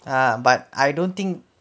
ah but I don't think